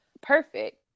perfect